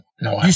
no